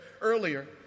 earlier